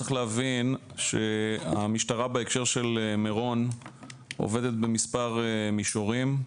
צריך להבין שהמשטרה בהקשר של מירון עובדת במספר מישורים.